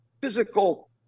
physical